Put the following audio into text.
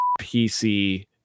PC